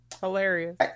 hilarious